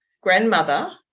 grandmother